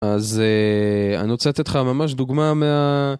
אז אה... אני רוצה לתת לך ממש דוגמה מה...